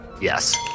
Yes